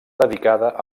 dedicada